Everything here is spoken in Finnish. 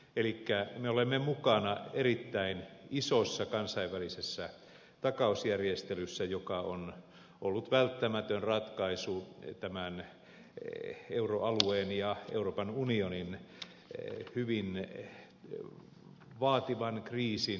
elikkä me olemme mukana erittäin isossa kansainvälisessä takausjärjestelyssä joka on ollut välttämätön ratkaisu tämän euroalueen ja euroopan unionin hyvin vaativan kriisin selkeyttämiseen